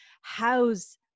house